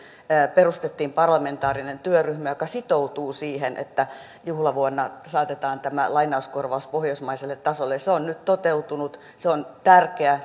perustettiin parlamentaarinen työryhmä joka sitoutuu siihen että juhlavuonna saatetaan tämä lainauskorvaus pohjoismaiselle tasolle ja se on nyt toteutunut se on tärkeä